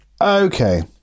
Okay